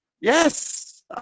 Yes